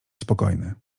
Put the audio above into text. spokojny